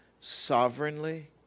sovereignly